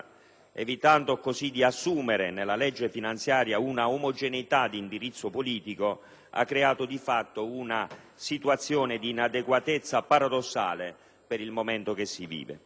evitando così di assumere nel disegno di legge finanziaria un'omogeneità di indirizzo politico, ha creato di fatto una situazione di inadeguatezza paradossale per il momento che si vive.